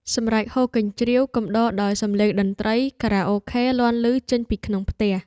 សម្រែកហ៊ោកញ្ជ្រៀវកំដរដោយសំឡេងតន្ត្រីខារ៉ាអូខេលាន់ឮចេញពីក្នុងផ្ទះ។